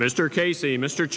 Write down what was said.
mr casey mr